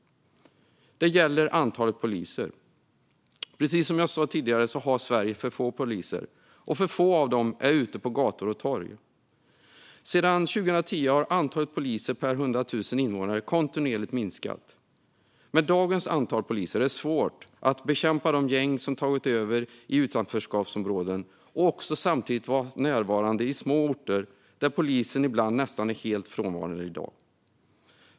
Det gäller antalet poliser. Precis som jag sa tidigare har Sverige för få poliser, och för få av dem är ute på gator och torg. Sedan 2010 har antalet poliser per 100 000 invånare kontinuerligt minskat. Med dagens antal poliser är det svårt att bekämpa de gäng som tagit över i utanförskapsområden och samtidigt vara närvarande på små orter, där polisen ibland nästan är helt frånvarande i dag.